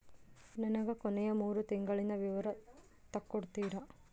ನನಗ ಕೊನೆಯ ಮೂರು ತಿಂಗಳಿನ ವಿವರ ತಕ್ಕೊಡ್ತೇರಾ?